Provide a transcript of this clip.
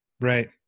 right